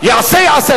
יעשה, יעשה.